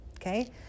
Okay